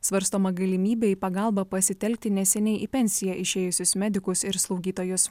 svarstoma galimybė į pagalbą pasitelkti neseniai į pensiją išėjusius medikus ir slaugytojus